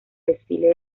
desfile